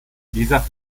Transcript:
dieser